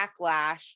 backlash